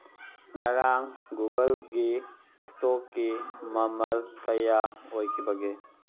ꯉꯔꯥꯡ ꯒꯨꯒꯜꯒꯤ ꯏꯁꯇꯣꯛꯀꯤ ꯃꯃꯜ ꯀꯌꯥ ꯑꯣꯏꯈꯤꯕꯒꯦ